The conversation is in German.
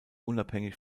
unabhängig